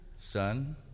Son